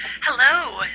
Hello